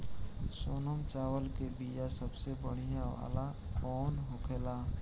सोनम चावल के बीया सबसे बढ़िया वाला कौन होखेला?